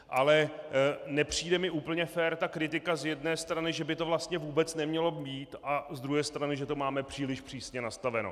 Ale nepřijde mi úplně fér ta kritika z jedné strany, že by to vlastně vůbec nemělo být, a z druhé strany, že to máme příliš přísně nastaveno.